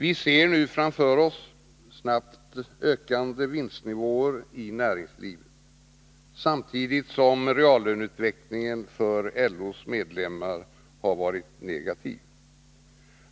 Vi ser nu framför oss snabbt ökande vinstnivåer i näringslivet, samtidigt som reallöneutvecklingen för LO:s medlemmar har varit negativ.